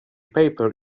paper